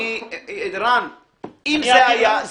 אני אעביר לה.